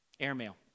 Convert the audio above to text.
Airmail